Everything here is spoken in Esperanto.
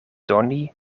doni